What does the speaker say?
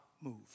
move